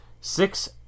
six